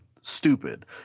stupid